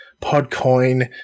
PodCoin